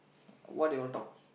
what they will talk